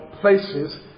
places